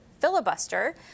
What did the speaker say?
filibuster